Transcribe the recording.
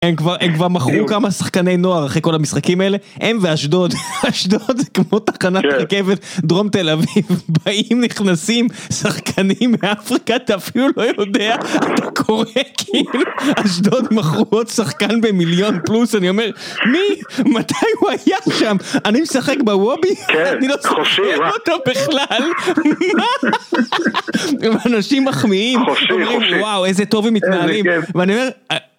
הם כבר מכרו כמה שחקני נוער אחרי כל המשחקים האלה הם ואשדוד אשדוד זה כמו תחנת רכבת דרום תל אביב באים נכנסים שחקנים מאפריקה אתה אפילו לא יודע אתה קורא כאילו אשדוד מכרו עוד שחקן במיליון פלוס אני אומר מי? מתי הוא היה שם? אני משחק בוובי? כן אני לא צריך להגיד אותו בכלל מה? אנשים מחמיאים אומרים וואו איזה טוב הם מתנהלים ואני אומר